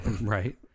Right